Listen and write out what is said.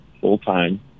full-time